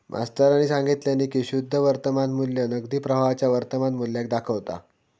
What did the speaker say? मास्तरानी सांगितल्यानी की शुद्ध वर्तमान मू्ल्य नगदी प्रवाहाच्या वर्तमान मुल्याक दाखवता